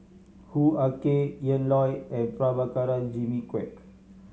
Hoo Ah Kay Ian Loy and Prabhakara Jimmy Quek